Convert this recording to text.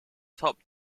top